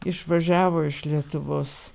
išvažiavo iš lietuvos